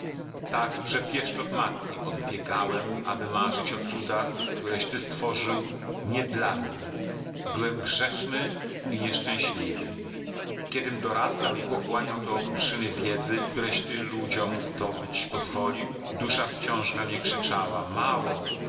tak że pieszczot matki odbiegałem aby marzyć o cudach któreś ty stworzył nie dla mnie byłem grzeszny i nieszczęśliwy kiedym dorastał i pochłaniał te okruszyny wiedzy któreś ty ludziom zdobyć pozwolił dusza wciąż we mnie krzyczała mało